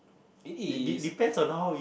it is